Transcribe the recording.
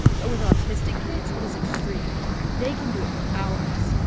but with autistic kids, it is extreme they can do it for hours.